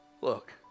Look